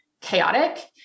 chaotic